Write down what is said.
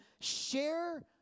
share